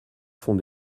font